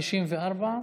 354,